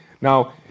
Now